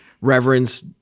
reverence